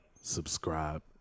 subscribe